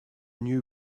new